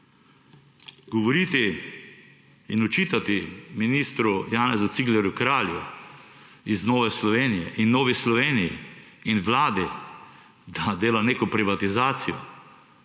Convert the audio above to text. Govoriti in očitati ministru Janezu Ciglerju Kralju iz Nove Slovenije in Novi Sloveniji in Vladi, da dela neko privatizacijo,